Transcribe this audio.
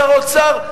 שר האוצר,